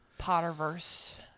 Potterverse